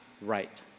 right